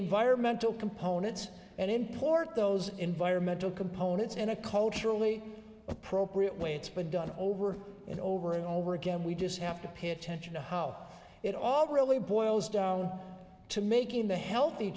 environmental components and import those environmental components in a culturally appropriate way it's been done over and over and over again we just have to pay attention to how it all really boils down to making the healthy